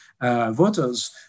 voters